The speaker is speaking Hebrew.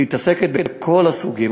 היא מתעסקת בכל הסוגים.